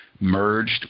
merged